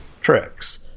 tricks